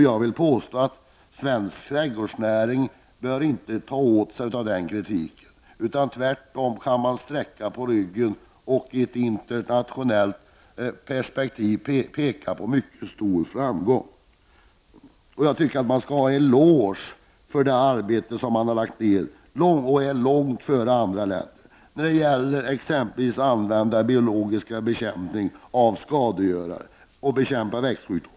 Jag vill påstå att man inom svensk trädgårdsnäring inte bör ta åt sig av den kritiken. Tvärtom kan man sträcka på ryggen och i ett internationellt perspektiv peka på en mycket stor framgång. Jag tycker i stället att man inom svensk trädgårdsnäring skall ha en eloge för det arbete som man har lagt ned. Man ligger ju långt före andra länder t.ex. när det gäller att använda biologisk bekämpning av skadegörare och att bekämpa växtsjukdomar.